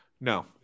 No